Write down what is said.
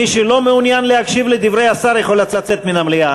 מי שלא מעוניין להקשיב לדברי השר יכול לצאת מהמליאה,